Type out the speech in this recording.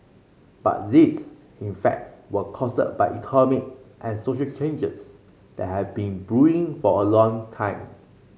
but these in fact were caused by economic and social changes that have been brewing for a long time